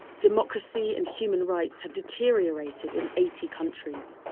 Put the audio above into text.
democracy and human rights have deteriorated in eighty countries,